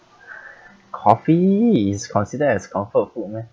coffee is considered as comfort food meh